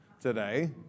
today